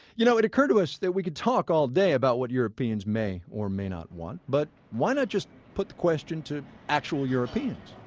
you know it occurred to us that we could talk all day about what europeans may or may not want. but why not just put the question to actual europeans?